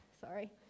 Sorry